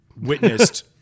witnessed